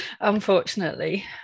unfortunately